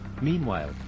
Meanwhile